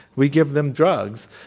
we give them drugs.